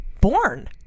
born